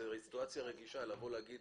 זו סיטואציה רגישה לבוא להגיד